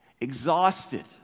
Exhausted